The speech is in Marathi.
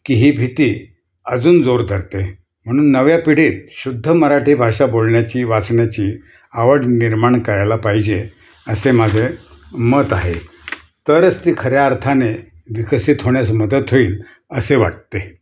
की ही भीती अजून जोर धरते म्हणून नव्या पिढीत शुद्ध मराठी भाषा बोलण्याची वाचण्याची आवड निर्माण करायला पाहिजे असे माझे मत आहे तरच ती खऱ्या अर्थाने विकसित होण्यास मदत होईल असे वाटते